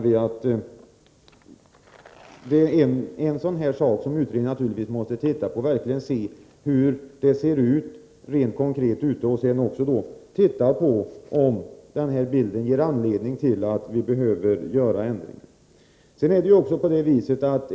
Vi menar att en av de frågor man bör se på är hur lagen rent konkret tillämpas, och därefter får man bedöma om ändringar behöver vidtas.